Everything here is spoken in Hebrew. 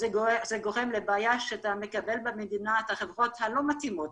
זה גורם לבעיה שאתה מקבל במדינה את החברות הלא מתאימות,